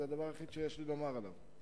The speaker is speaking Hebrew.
זה הדבר היחיד שיש לי לומר בנושא.